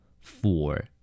Four